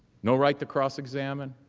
no right to cross examine